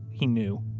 he knew.